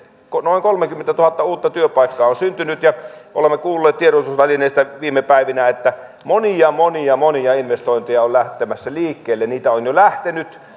noin kolmekymmentätuhatta uutta työpaikkaa on syntynyt ja olemme kuulleet tiedotusvälineistä viime päivinä että monia monia monia investointeja on lähtemässä liikkeelle niitä on jo lähtenyt